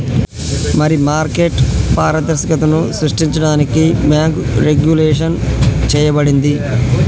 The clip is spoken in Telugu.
మరి మార్కెట్ పారదర్శకతను సృష్టించడానికి బాంకు రెగ్వులేషన్ చేయబడింది